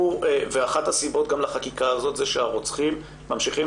ואחת הסיבות לחקיקה הזאת היא שהרוצחים ממשיכים